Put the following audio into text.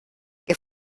que